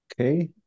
Okay